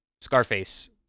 Scarface